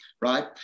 right